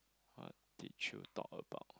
what did you talk about